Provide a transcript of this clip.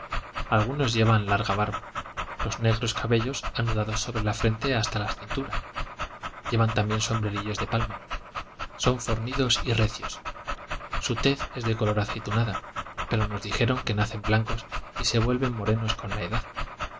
algunos llevan larga barba los negros cabellos anudados sobre la frente hasta la cintura llevan también sombrerillos de palma son fornidos y recios su tez es de color aceitunado pero nos dijeron que nacen blancos y se vuelven morenos con la edad